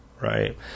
right